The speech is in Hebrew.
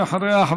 ואחריה,